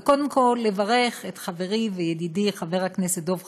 וקודם כול לברך את חברי וידידי חבר הכנסת דב חנין,